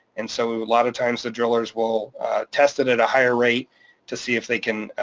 and so a lot of times the drillers will test it at a higher rate to see if they can.